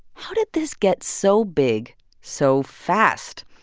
how did this get so big so fast?